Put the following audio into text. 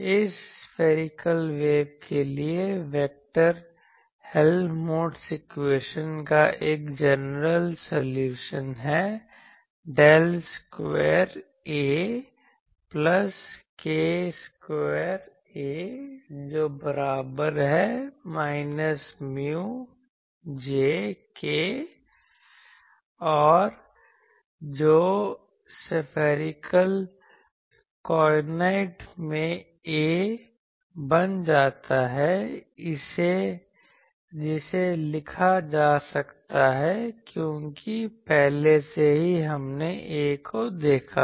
इस spherical wave के लिए वेक्टर हेल्महोल्ट्ज़ इक्वेशन का एक जनरल सॉल्यूशन है del square A plus k square A जो बराबर है माइनस mu J के जो सफैरीकल कोऑर्डिनेट में A बन जाता है जिसे लिखा जा सकता है क्योंकि पहले से ही हमने A को देखा है